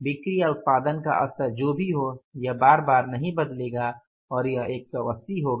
बिक्री या उत्पादन का स्तर जो भी हो यह बार बार नहीं बदलेगा और यह 180 होगा